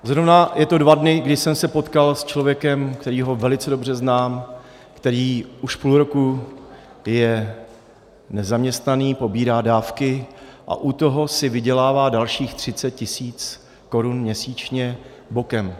Zrovna je to dva dny, kdy jsem se potkal s člověkem, kterého velice dobře znám, který už půl roku je nezaměstnaný, pobírá dávky a u toho si vydělává dalších 30 tisíc korun měsíčně bokem.